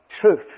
truth